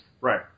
Right